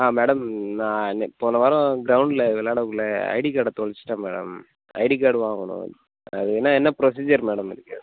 madam நான் அன்றைக்கு போன வாரம் க்ரௌண்டில் விளாடக்குள்ள ஐடி கார்டை தொலைச்சிட்டேன் மேடம் ஐடி கார்டு வாங்கணும் அது என்ன என்ன ப்ரொசீஜர் மேடம் இதுக்கு